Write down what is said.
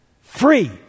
free